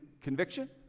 conviction